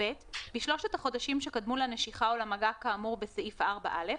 (ב)בשלושת החודשים שקדמו לנשיכה או למגע כאמור בסעיף 4א,